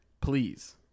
Please